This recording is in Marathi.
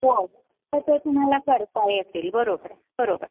तसं तुम्हाला करता येतील बरोबर आहे बरोबर